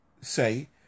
say